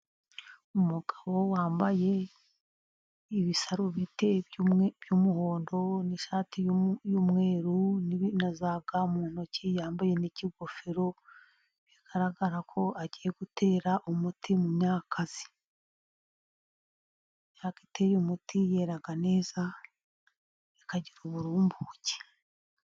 Umugabo wambaye ibisarubeti by'umuhondo n'ishati y'umweru, nazaga mu ntoki , yambaye n'ikigofero bigaragara ko agiye gutera umuti imyaka ye, imyaka iteye umuti yera neza ikagira uburumbuke.